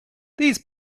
these